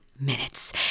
minutes